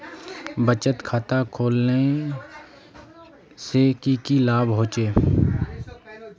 बचत खाता खोलने से की की लाभ होचे?